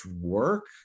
work